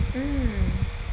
mm